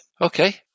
Okay